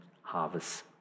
harvest